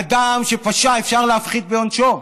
אדם שפשע, אפשר להפחית בעונשו.